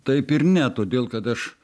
taip ir ne todėl kad aš